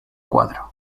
cuadro